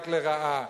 רק לרעה,